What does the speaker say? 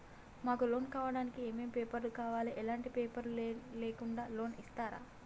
మాకు లోన్ కావడానికి ఏమేం పేపర్లు కావాలి ఎలాంటి పేపర్లు లేకుండా లోన్ ఇస్తరా?